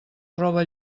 roba